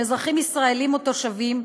שהם אזרחים ישראלים או תושבים,